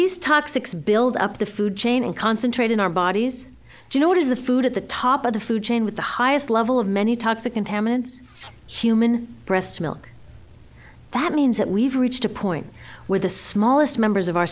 these toxics build up the food chain and concentrate in our bodies you know what is the food at the top of the food chain with the highest level of many toxic contaminants human breast milk that means that we've reached a point where the smallest members of our